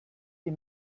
die